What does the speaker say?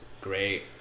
great